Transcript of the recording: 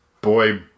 Boy